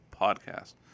podcast